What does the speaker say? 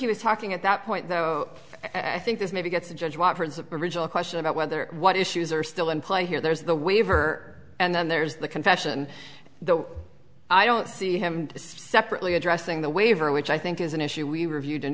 he was talking at that point i think this maybe gets the judge watkins of original question about whether what issues are still in play here there's the waiver and then there's the confession though i don't see him separately addressing the waiver which i think is an issue we reviewed a